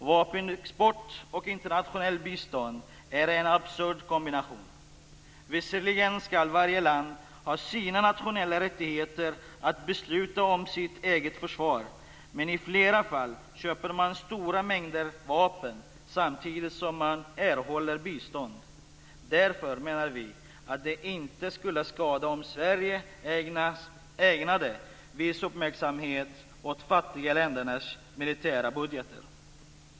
Vapenexport och internationellt bistånd är en absurd kombination. Visserligen ska varje land ha sina nationella rättigheter att besluta om sitt eget försvar, men i flera fall köper man stora mängder vapen samtidigt som man erhåller bistånd. Därför menar vi att det inte skulle skada om Sverige ägnade viss uppmärksamhet åt de fattiga ländernas militära budgetar.